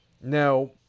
Now